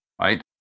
right